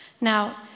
Now